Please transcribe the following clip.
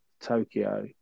Tokyo